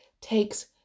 takes